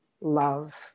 love